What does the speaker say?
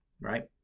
right